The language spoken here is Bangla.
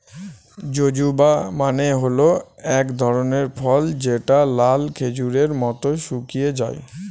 জুজুবা মানে হল এক ধরনের ফল যেটা লাল খেজুরের মত শুকিয়ে যায়